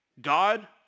God